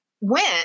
went